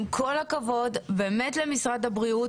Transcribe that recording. עם כל הכבוד למשרד הבריאות,